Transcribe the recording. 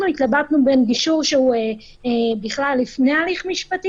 אנחנו התלבטנו בין גישור שהוא לפני הליך משפטי